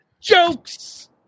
Jokes